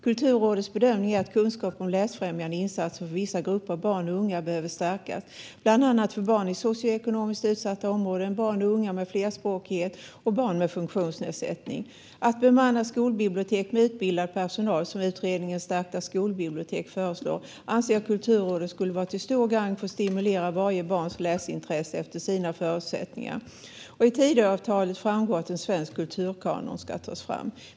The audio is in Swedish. Kulturrådets bedömning är att kunskap om läsfrämjande insatser behöver stärkas för vissa grupper av barn och unga, bland annat för barn i socioekonomiskt utsatta områden, barn och unga med flerspråkighet och barn med funktionsnedsättning. Att bemanna skolbibliotek med utbildad personal, som Utredningen om stärkta skolbibliotek och läromedel föreslår, anser Kulturrådet skulle vara till stort gagn för att stimulera barns läsintresse efter varje barns förutsättningar. I Tidöavtalet framgår att en svensk kulturkanon ska tas fram.